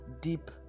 deep